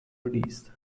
released